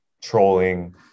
trolling